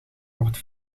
wordt